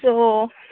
so